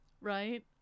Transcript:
Right